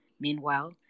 Meanwhile